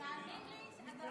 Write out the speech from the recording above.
אתה צריך להקשיב.